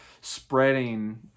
spreading